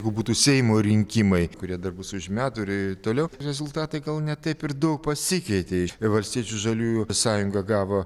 jeigu būtų seimo rinkimai kurie dar bus už metų ir toliau rezultatai gal ne taip ir daug pasikeitė valstiečių žaliųjų sąjunga gavo